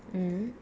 mm